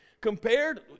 compared